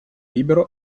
libero